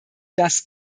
das